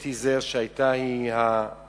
אתי זר, שהיתה עצורה,